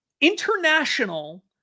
international